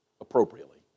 appropriately